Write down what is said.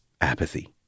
apathy